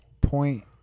point